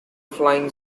flying